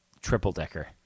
Triple-decker